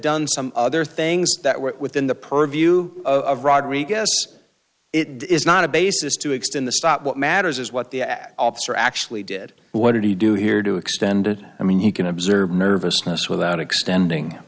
done some other things that were within the purview of rodriguez it is not a basis to extend the stop what matters is what the officer actually did what did he do here to extend it i mean you can observe nervousness without